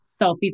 selfie